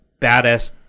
badass